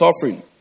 suffering